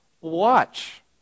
watch